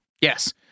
yes